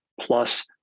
plus